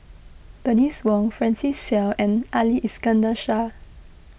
Bernice Wong Francis Seow and Ali Iskandar Shah